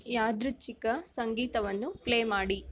ಯಾದೃಚ್ಛಿಕ ಸಂಗೀತವನ್ನು ಪ್ಲೇ ಮಾಡಿ